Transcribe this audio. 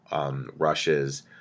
rushes